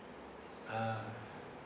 ah